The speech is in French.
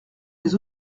les